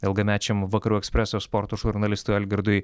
ilgamečiam vakarų ekspreso sporto žurnalistui algirdui